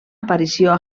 aparició